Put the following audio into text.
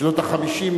בשנות ה-50,